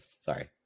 sorry